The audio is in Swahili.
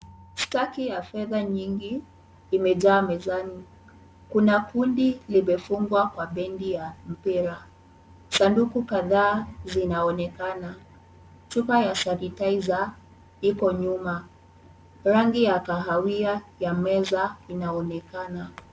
Staki ya fedha nyingi imejaa mezani. Kuna hundi limefungwa kwa bendi ya mpira. Sanduku kadhaa zinaonekana. Chupa ya sanitizer iko nyuma. Rangi ya kahawia ya meza inaonekana.